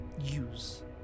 use